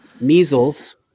Measles